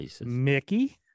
Mickey